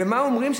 ומה אומרים?